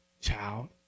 child